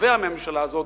תובע מהממשלה הזאת,